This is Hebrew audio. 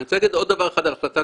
אני רוצה להגיד עוד דבר אחד על החלטת